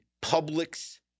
public's